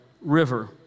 river